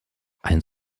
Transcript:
ein